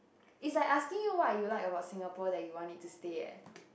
is like asking you what you like about Singapore that you want it to stay eh